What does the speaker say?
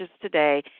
today